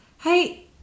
hey